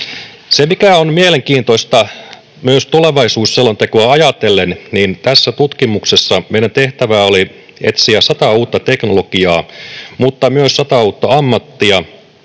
suunnilleen. Mielenkiintoista myös tulevaisuusselontekoa ajatellen on se, että tässä tutkimuksessa meidän tehtävämme oli etsiä sata uutta teknologiaa mutta myös sata uutta ammattia